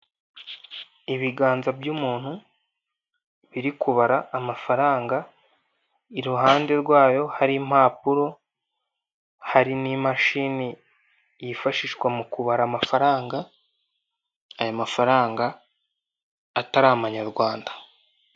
Ibiganza by'umuntu biri kubara amafaranga, iruhande rwayo hari impapuro, hari n'imashini yifashishwa mu kubara amafaranga, aya mafaranga atari amanyarwanda.